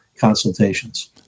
consultations